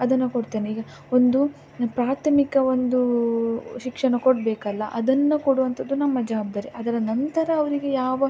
ಅದನ್ನು ಕೊಡ್ತೇನೆ ಈಗ ಒಂದು ಪ್ರಾಥಮಿಕ ಒಂದು ಶಿಕ್ಷಣ ಕೊಡಬೇಕಲ್ಲ ಅದನ್ನು ಕೊಡುವಂಥದ್ದು ನಮ್ಮ ಜವಾಬ್ದಾರಿ ಅದರ ನಂತರ ಅವರಿಗೆ ಯಾವ